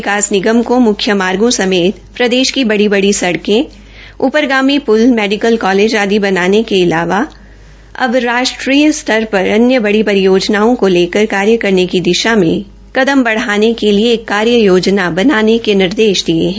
हरियाणा सरकार ने सड़क एवं पूल विकास निगम को मुख्य मार्गो समेत प्रदेश की बड़ी बड़ी सड़कें ऊपरगामी प्ल मैडिकल कालेज आदि बनाने के अलावा अब राष्ट्रीय स्तर पर अन्य बड़ी परियोजनाओं को लेकर कार्य करने की दिशा में कदम बढ़ाने के लिए एक कार्य योजना बनाने के निर्देश दिए हैं